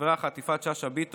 חברה אחת: יפעת שאשא ביטון,